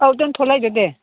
औ दोनथ' लायदो दे